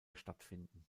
stattfinden